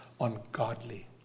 Ungodly